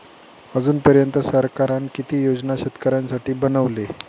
अजून पर्यंत सरकारान किती योजना शेतकऱ्यांसाठी बनवले?